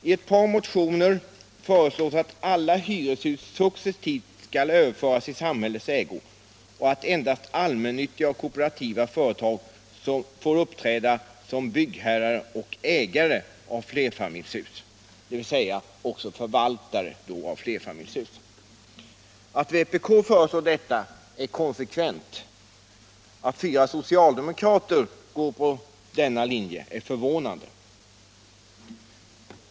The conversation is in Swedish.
I ett par motioner föreslås att alla hyreshus successivt skall överföras i samhällets ägo och att endast allmännyttiga och kooperativa företag skall få uppträda som byggherrar och ägare av flerfamiljshus, dvs. också förvaltare av flerfamiljshus. Att vpk föreslår detta är konsekvent, att fyra socialdemokrater följer denna linje är förvånande.